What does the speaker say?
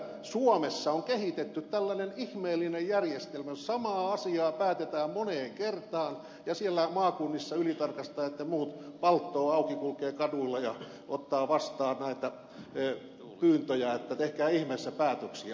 suomessa on kehitetty tällainen ihmeellinen järjestelmä jossa samaa asiaa päätetään moneen kertaan ja siellä maakunnissa ylitarkastajat ja muut palttoo auki kulkevat kadulla ja ottavat vastaan näitä pyyntöjä että tehkää ihmeessä päätöksiä